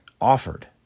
offered